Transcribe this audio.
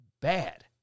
bad